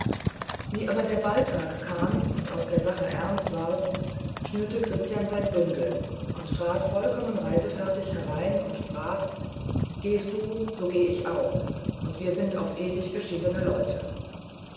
wie aber der balltag kam und aus der sache ernst ward schnürte christian sein bündel und trat vollkommen reisefertig herein und sprach gehst du so geh ich auch und wir sind auf ewig geschiedene leute